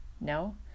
No